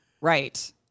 Right